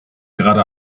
gerade